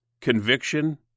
Conviction